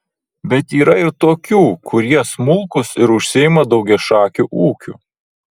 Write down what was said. bet yra ir tokių kurie smulkūs ir užsiima daugiašakiu ūkiu